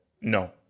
No